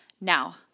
Now